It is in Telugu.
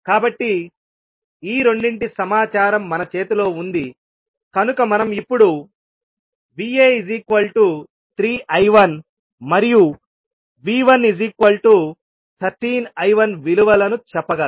కాబట్టి ఈ రెండింటి సమాచారం మన చేతిలో ఉందికనుక మనం ఇప్పుడు Va3I1 మరియు V113I1 విలువలను చెప్పగలం